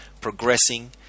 progressing